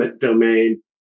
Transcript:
domain